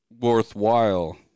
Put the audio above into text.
worthwhile